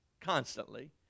constantly